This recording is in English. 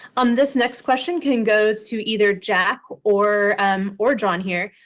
um this next question can go to either jack or um or john here.